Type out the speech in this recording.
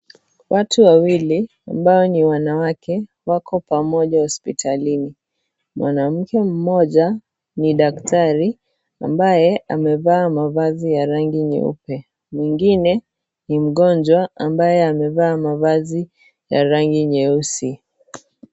Watu wawili ambao ni wanawake wako pamoja hospitalini. Mwanamke mmoja ni daktari ambaye amevaa mavazi ya rangi nyeupe. Mwingine, ni mgonjwa ambaye amevaa mavazi ya rangi nyeusi.